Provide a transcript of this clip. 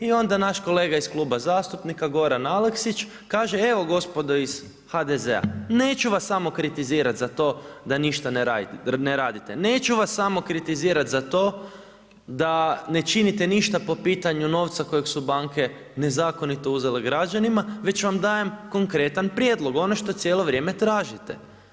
I onda naš kolega iz kluba zastupnika Goran Aleksić, kaže - evo gospodo iz HDZ-a neću vas samo kritizirati za to da ništa ne radite, neću vas samo kritizirati za to da ne činite ništa po pitanju novca kojeg su banke nezakonito uzele građanima, već vam dajem konkretan prijedlog, ono što cijelo vrijeme tražite.